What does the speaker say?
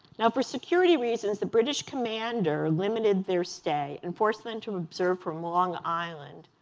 now for security reasons, the british commander limited their stay and forced then to observe from long island,